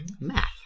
Math